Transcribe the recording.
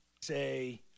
Say